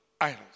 idols